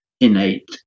innate